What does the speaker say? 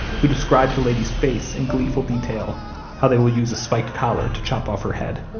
who describe to lady's face in gleeful detail how they will use a spiked collar to chop off her head